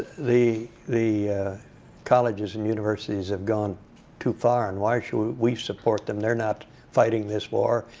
the the colleges and universities have gone too far. and why should we support them? they're not fighting this war,